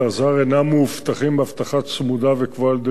אינם מאובטחים באבטחה צמודה וקבועה על-ידי כוחות הצבא.